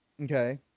Okay